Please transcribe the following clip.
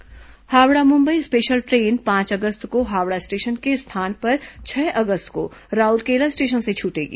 train परिचालन Howrah Mumbai special train पांच अगस्त को हावड़ा स्टेशन के स्थान पर छह अगस्त को राउरकेला स्टेशन से छूटेगी